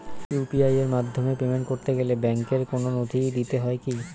UPI এর মাধ্যমে payment করতে গেলে ব্যাংকের কোন নথি দিতে হয় কি?